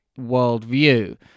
worldview